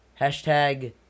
Hashtag